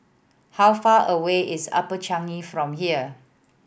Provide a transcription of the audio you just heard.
how far away is Upper Changi from here